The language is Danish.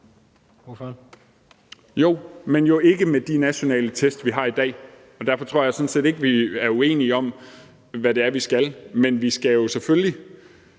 (S): Jo, men jo ikke med de nationale test, vi har i dag. Derfor tror jeg sådan set ikke, at vi er uenige om, hvad det er, vi skal, men vi skal jo selvfølgelig